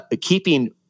keeping